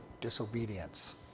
disobedience